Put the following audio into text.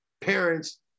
parents